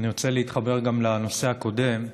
אני רוצה להתחבר גם לנושא הקודם.